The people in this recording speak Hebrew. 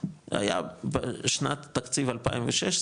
היה בשנת תקציב 2016,